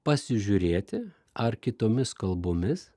pasižiūrėti ar kitomis kalbomis